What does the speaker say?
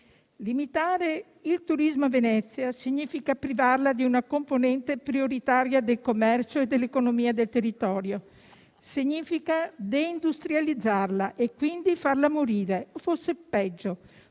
Limitare il turismo a Venezia significa privarla di una componente prioritaria del commercio e dell'economia del territorio; significa deindustrializzarla e quindi farla morire o - forse peggio